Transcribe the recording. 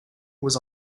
was